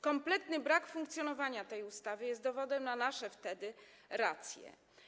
Kompletny brak funkcjonowania tej ustawy jest dowodem na nasze wtedy racje.